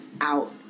out